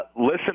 listen